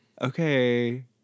Okay